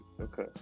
Okay